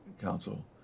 council